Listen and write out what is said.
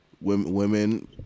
Women